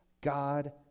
God